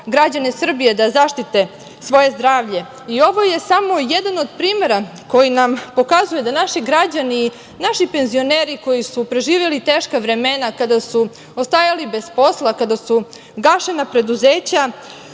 građane Srbije da zaštite svoje zdravlje i ovo je samo jedan od primera koji nam pokazuje da naši građani, naši penzioneri koji su preživeli teška vremena kada su ostajali bez posla, kada su gašena preduzeća